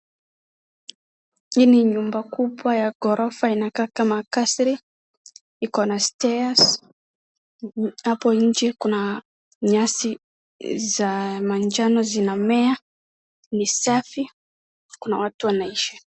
Hii ni nyuba kubwa ya gorofa inakaa kaa kasri ikona stairs hapo nje kuna nyasi za manjano zinamea ni safi kuna watu wanaishi.